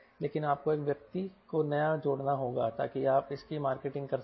लेकिन आपको एक व्यक्ति को नया जोड़ना होगा ताकि आप इसकी मार्केटिंग कर सकें